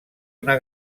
una